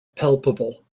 palpable